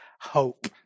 hope